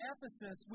Ephesus